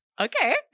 Okay